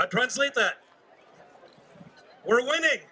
i translate that we're winning